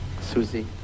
Susie